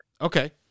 okay